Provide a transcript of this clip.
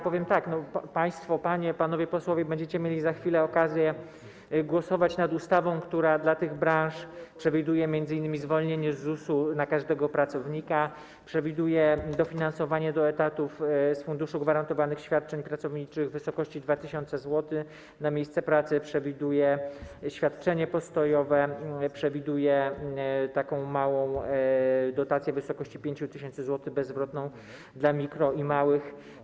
Powiem tak: państwo, panie i panowie posłowie, będziecie mieli za chwilę okazję głosować nad ustawą, która dla tych branż przewiduje m.in. zwolnienie z ZUS-u dla każdego pracownika, przewiduje dofinansowanie do etatów z Funduszu Gwarantowanych Świadczeń Pracowniczych w wysokości 2 tys. zł na miejsce pracy, przewiduje świadczenie postojowe, przewiduje małą dotację w wysokości 5 tys. zł, bezzwrotną dla mikro- i małych przedsiębiorców.